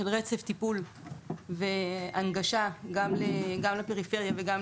של רצף טיפול והנגשה גם לפריפריה וגם